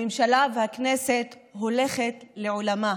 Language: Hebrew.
הממשלה והכנסת הולכות לעולמן,